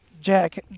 Jack